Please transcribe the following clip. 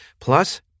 plus